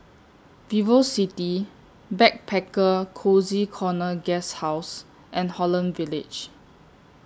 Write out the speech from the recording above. Vivocity Backpacker Cozy Corner Guesthouse and Holland Village